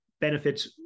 benefits